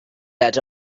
that